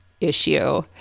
issue